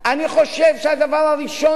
אני חושב שהדבר הראשון,